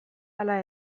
ala